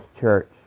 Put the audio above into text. church